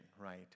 right